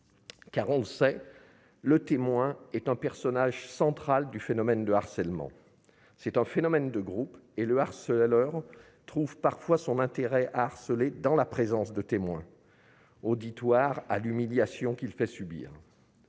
Car, on le sait, le témoin est un personnage central du phénomène de harcèlement. Il s'agit d'un phénomène de groupe, et le harceleur trouve parfois son intérêt à harceler dans la présence de témoins, auditoire de l'humiliation qu'il fait subir.